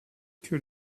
que